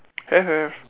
have have